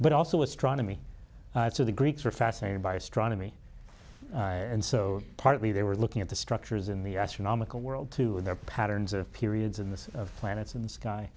but also astronomy so the greeks were fascinated by astronomy and so partly they were looking at the structures in the astronomical world to their patterns of periods in the